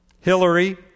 Hillary